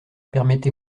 permettez